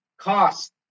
cost